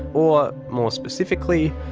or more specifically,